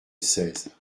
seize